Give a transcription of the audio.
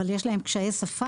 אבל יש להם קשיי שפה,